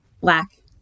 black